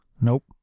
Nope